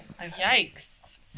yikes